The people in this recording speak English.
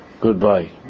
Goodbye